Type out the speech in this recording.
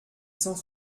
cent